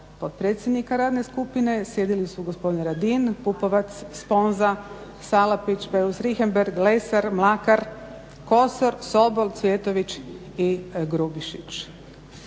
potpredsjednika radne skupine sjedili su gospodin Radin, Pupovac, Sponza, Salapić, Beus-Richembergh, Lesar, Mlakar, Kosor, Sobol, Cvjetović i Grubišić.